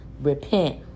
Repent